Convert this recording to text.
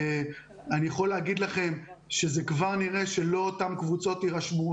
אני יכול להגיד לכם שנראה שלא אותן קבוצות יירשמו,